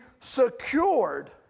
secured